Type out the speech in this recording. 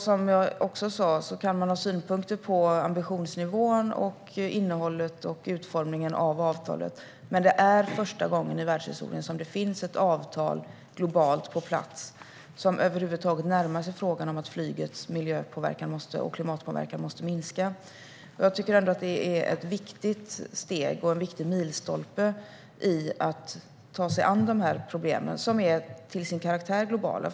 Som jag också sa kan man ha synpunkter på ambitionsnivån, innehållet och utformningen av avtalet, men det är första gången i världshistorien som det finns ett avtal globalt på plats som över huvud taget närmar sig frågan om att flygets miljö och klimatpåverkan måste minska. Jag tycker ändå att det är ett viktigt steg och en viktig milstolpe i att ta sig an dessa problem, som till sin karaktär är globala.